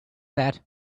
that